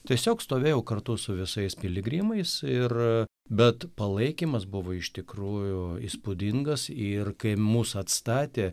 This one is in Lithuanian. tiesiog stovėjau kartu su visais piligrimais ir bet palaikymas buvo iš tikrųjų įspūdingas ir kai mus atstatė